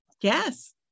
Yes